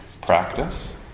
practice